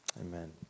amen